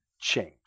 change